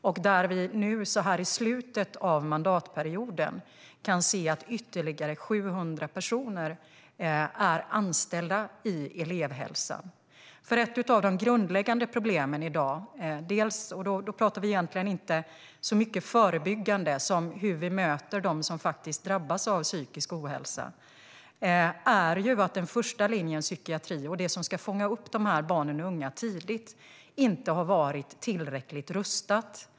Och nu, i slutet av mandatperioden, kan vi se att ytterligare 700 personer är anställda i elevhälsan. Ett av de grundläggande problemen i dag - och då pratar vi egentligen inte så mycket om förebyggande som om hur vi möter dem som faktiskt drabbas av psykisk ohälsa - är ju att den första linjens psykiatri och de som ska fånga upp dessa barn och unga tidigt inte har varit tillräckligt rustade.